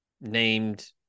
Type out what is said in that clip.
named